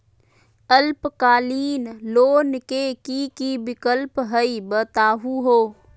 अल्पकालिक लोन के कि कि विक्लप हई बताहु हो?